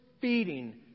feeding